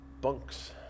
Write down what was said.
bunks